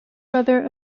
brother